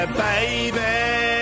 baby